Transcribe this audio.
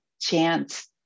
chance